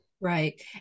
Right